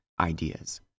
ideas